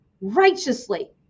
righteously